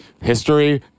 history